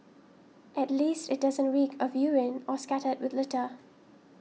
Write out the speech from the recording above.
at least it doesn't reek of urine or scattered with litter